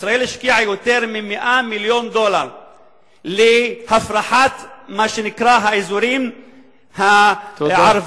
ישראל השקיעה יותר מ-100 מיליון דולר להפרחת מה שנקרא האזורים הערביים,